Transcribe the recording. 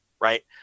Right